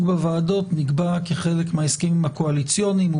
בוועדות נקבע כחלק מהסכמים הקואליציוניים.